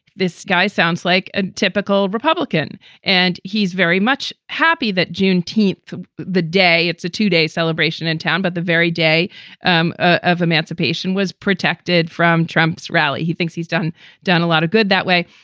this guy sounds like a typical republican and he's very much happy that juneteenth the day it's a two day celebration in town. but the very day um of emancipation was protected from trump's rally. he thinks he's done done a lot of good that way.